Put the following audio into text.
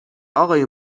آقای